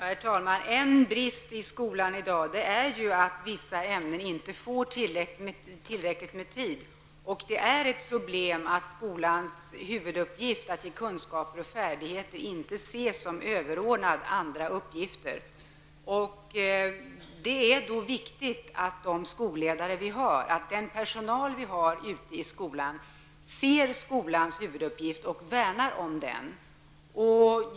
Herr talman! En brist i skolan i dag är att vissa ämnen inte får tillräckligt med tid. Det är ett problem att skolans huvuduppgift -- att ge kunskaper och förmedla färdigheter -- inte ses som överordnad andra uppgifter. Det är viktigt att skolledarna och annan personal i skolan värnar om skolans huvuduppgift.